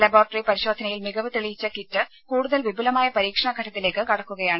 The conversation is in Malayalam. ലബോറട്ടറി പരിശോധനയിൽ മികവ് തെളിയിച്ച കിറ്റ് കൂടുതൽ വിപുലമായ പരീക്ഷണ ഘട്ടത്തിലേക്ക് കടക്കുകയാണ്